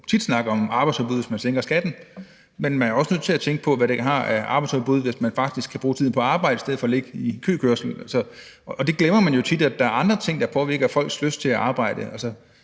man jo tit snakker om arbejdsudbuddet, hvis man sænker skatten. Men man er også nødt til at tænke på, hvad det har af betydning for arbejdsudbuddet, hvis man faktisk kan bruge tiden på at arbejde i stedet for at ligge i køkørsel. Og det glemmer man jo tit, altså at der er andre ting, der påvirker folks lyst til at arbejde